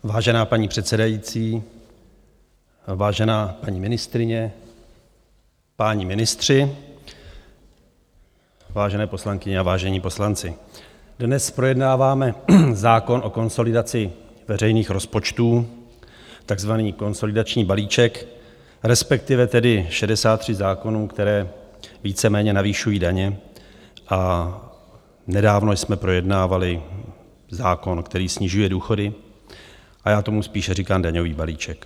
Vážená paní předsedající, vážená paní ministryně, páni ministři, vážené poslankyně a vážení poslanci, dnes projednáváme zákon o konsolidaci veřejných rozpočtů, takzvaný konsolidační balíček, respektive tedy 63 zákonů, které víceméně navyšují daně, a nedávno jsme projednávali zákon, který snižuje důchody, a já tomu spíše říkám daňový balíček.